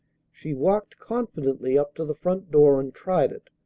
she walked confidently up to the front door and tried it,